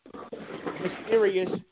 mysterious